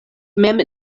mem